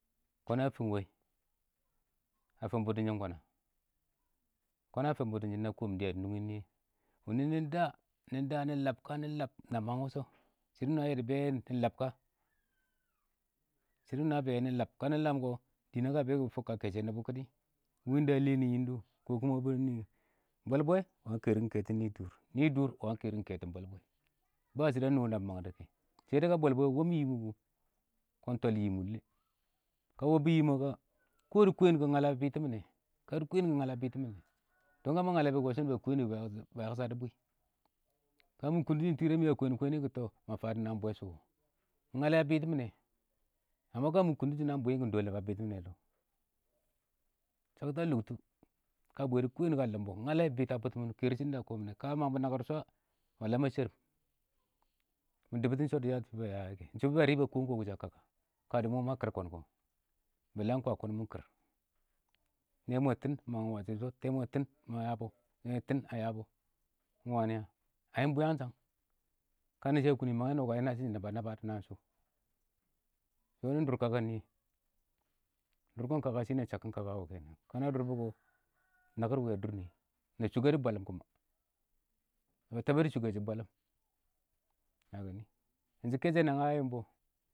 ﻿kɔn a fɪn wɛ, a fɪm bʊtʊnshɪn kɔ na, kʊn a fɪm bʊtʊn shɪn na kɔm dɪya dɪ nungin nɪyɛ, wɪnɪ nɪ da, nɪ da, kanɪ lab nɪ lab kɔ na mang wʊshɔ shɪdɔ wʊnɪ a yɛ dɪ bɛɛ kɪnɪ lab ka kanɪ kɔ dɪ nəng ka bɛ kɔ, nɪ fuk ka kɛshɛ nɪmbɪnəng kɪdɪ wɪ ɪng da a lɛ nɪ yɪndʊ kɪ,kɔ wɪ nɪ a bwarɛn niyə kɪ bwɛl bwe wanɪng kɛrkɪn kɛtɔ nɪ dʊr nɪ dʊr wanɪng kɛrkɪn kɛtɔ bwɛl bwe ba shɪdɔ a nɔ nabɪ mangdʊ kɛ, ka bwɛL bwɛ wɔb nɪ mʊ kʊ, kɔ dɪ kwɛn kʊ ngallɛ a bɪtʊmɪne, ka dɪ kwɛn kʊ ngallɛ a bɪtʊmɪnɛ, dɔn ka ma ngalɛ bʊ kɔ, bɛ ba kwɛɲ naba bɪtɪ mɪnɛ dɔ, yɪndɪrr mɪn ba yaksha dɪ bwii, kamɪ kung tɪshɪm tɪrɛ mɪ a kwɛn kwɛ nɪ kʊ, tɔ ma fadʊ naan bwɛ shʊ,ngalɛ a bɪtʊmɪnɛ ka mɪ kʊntɪshɪm naan bwiim kkɔ, ba bɪtɪmɪnɛ dɔ.shakta lʊktʊ, ka bwɛ dɪ kwɛn a lɪmbɔ, ngallɛ bɪta bʊtʊn mɪn, kɛɛr shɪdɔn da ma kɔmɪ ka a mang bɔ nakɪr dɪ shɔ, ma shɛrɪm, mɪ dʊbʊtɔ ɪng a ya fɪ ba ya ka, ɪng shɔ ba kɔm kɔm rɪkɔ a kaka, ka dɪ mɔ ma kɪr kɔn kɔ ɪng ka kɔn mɪ kɪr Nɛɛmwɛ tɪn ma mang bɔ nakɪr dɪ shɔ Tɛɛmwɛ tɪn ma yabɔ Nɛɛmwɛ tɪn ma ya bɔ ɪng wanɪ a haɪ ɪng bwɪyangshang, ka nɪ sha kʊnnɪ mangɛ nɔ kɔ, aɪ na shɪnshɪn naba naba dɔnaan shʊ,nɪ dʊr kakan nɪyɛ dʊrkɪn kaka, ɪng shakkɪn kaka wɔ kɛ, ka na dʊrbʊ kɔ, nakɪr ɪng wa dʊr nɪyɛ na shʊkɛ dʊ bwalɪm na taba dɔ shʊkɛ shɪ bwalɪm kɛshɪ nɪ, a yɪmbɔ.